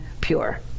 pure